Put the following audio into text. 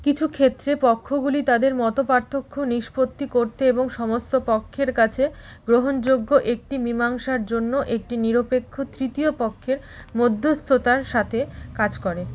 কিছু ক্ষেত্রে পক্ষগুলি তাদের মতপার্থক্য নিষ্পত্তি করতে এবং সমস্ত পক্ষের কাছে গ্রহণযোগ্য একটি মীমাংসার জন্য একটি নিরপেক্ষ তৃতীয় পক্ষের মধ্যস্থতার সাথে কাজ করে